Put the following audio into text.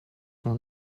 nun